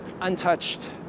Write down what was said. untouched